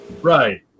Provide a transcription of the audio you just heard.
Right